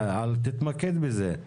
תתמקד בזה.